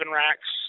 racks